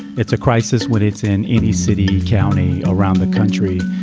it's a crisis when it's in any city county around the country.